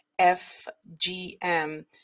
FGM